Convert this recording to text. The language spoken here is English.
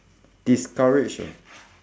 discourage ah